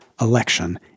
election